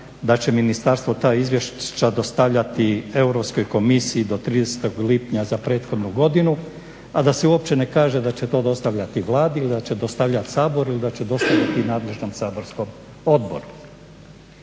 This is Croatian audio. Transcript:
da će ministarstvo ta izvješća dostavljati Europskoj komisiji do 30. lipnja za prethodnu godinu, a da se uopće ne kaže da će to dostavljati Vladi ili da će dostavljati Saboru ili da će dostavljati nadležnom saborskom odboru.